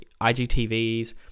IGTVs